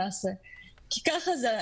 כי ככה זה,